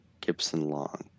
Gibson-Long